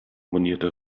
monierte